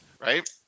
right